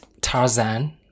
Tarzan